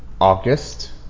August